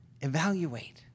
evaluate